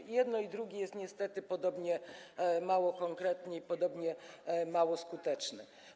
I jedno, i drugie jest niestety podobnie mało konkretne i podobnie mało skuteczne.